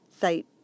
site